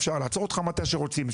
אפשר לעצור אותך מתי שרוצים,